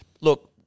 Look